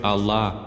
Allah